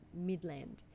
Midland